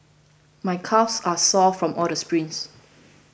my calves are sore from all the sprints